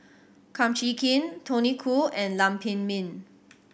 Kum Chee Kin Tony Khoo and Lam Pin Min